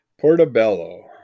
Portobello